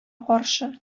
каршы